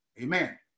amen